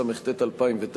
התשס"ט 2009,